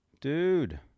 dude